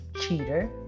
cheater